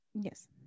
yes